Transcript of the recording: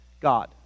God